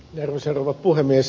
arvoisa rouva puhemies